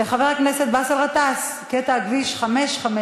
שאילתה של חבר הכנסת באסל גטאס: קטע הכביש 554,